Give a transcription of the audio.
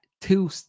two